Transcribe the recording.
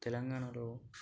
తెలంగాణలో